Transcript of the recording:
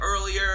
earlier